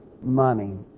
money